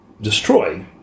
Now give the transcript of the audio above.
destroy